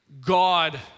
God